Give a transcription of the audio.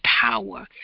power